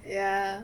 ya